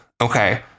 okay